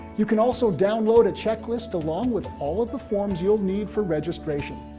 you can also download a checklist along with all of the forms you'll need for registration.